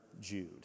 Jude